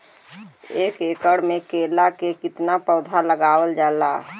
एक एकड़ में केला के कितना पौधा लगावल जाला?